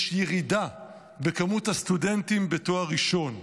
יש ירידה במספר הסטודנטים לתואר ראשון.